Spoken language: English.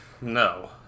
No